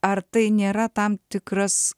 ar tai nėra tam tikras